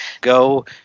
Go